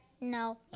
No